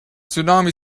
tsunami